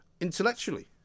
intellectually